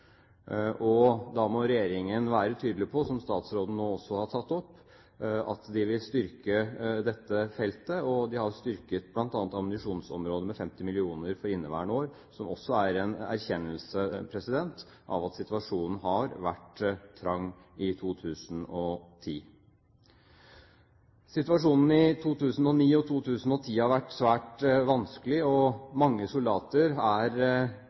Da må regjeringen være tydelig på – som statsråden nå har tatt opp – at de vil styrke dette feltet. De har styrket bl.a. ammunisjonsområdet med 50 mill. kr for inneværende år, som også er en erkjennelse av at situasjonen har vært trang i 2010. Situasjonen i 2009 og i 2010 har vært svært vanskelig. Mange soldater